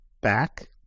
back